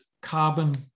carbon